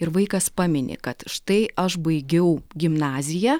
ir vaikas pamini kad štai aš baigiau gimnaziją